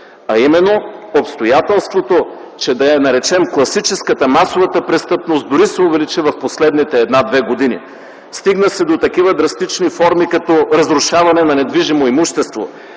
а именно обстоятелството, че да я наречем класическата, масовата престъпност дори се увеличи през последните една-две години. Стигна се до такива драстични форми като разрушаване на недвижимо имущество